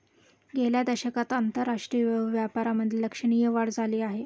गेल्या दशकात आंतरराष्ट्रीय व्यापारामधे लक्षणीय वाढ झाली आहे